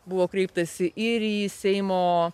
buvo kreiptasi ir į seimo